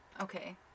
Okay